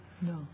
No